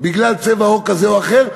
בגלל צבע עור כזה או אחר,